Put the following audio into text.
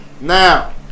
Now